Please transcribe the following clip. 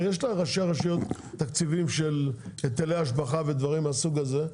הרי יש לראשי הרשויות תקציבים של היטלי השבחה ודברים מהסוג הזה,